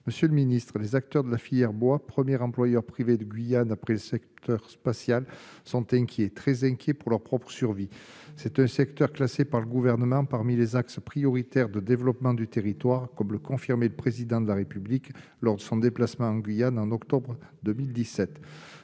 monsieur le Ministre des acteurs de la filière bois, premier employeur privé de Guyane après le secteur spatial sont inquiets, très inquiets pour leur propre survie c'est un secteur classé par le gouvernement parmi les axes prioritaires de développement du territoire comme le confirme, et le président de la République lors de son déplacement en Guyane, en octobre 2017,